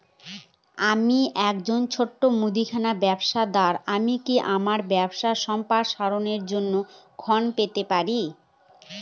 আমি একজন ছোট মুদিখানা ব্যবসাদার আমি কি আমার ব্যবসা সম্প্রসারণের জন্য ঋণ পেতে পারি?